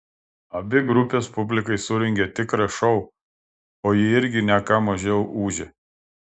abi grupės publikai surengė tikrą šou o ji irgi ne ką mažiau ūžė